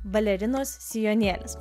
balerinos sijonėlis